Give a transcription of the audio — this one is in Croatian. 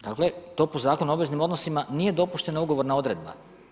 Dakle, to po Zakonu o obveznim odnosima nije dopuštena ugovorna odredba.